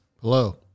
Hello